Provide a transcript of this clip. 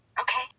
Okay